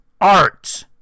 art